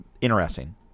interesting